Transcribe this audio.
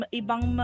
ibang